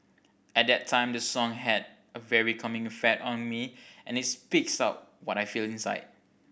at that time the song had a very calming effect on me and it speaks out what I feel inside